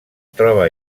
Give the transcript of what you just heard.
troba